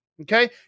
Okay